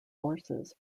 forces